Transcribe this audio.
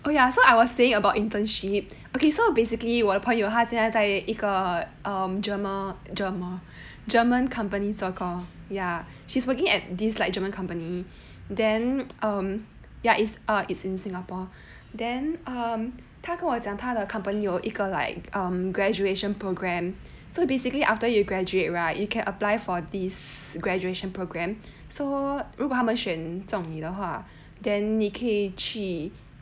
oh ya so I was saying about internship okay so basically 我的朋友他现在在一个 um german german german company 做工 ya she's working at this like german company then um ya it's a it's in singapore then um 他跟我讲他的 company 有一个 like um graduation program so basically after you graduate right you can apply for this graduation program so 如果他们选中你的话 then 你可以去 milan for one year eh sorry it's not german